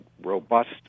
robust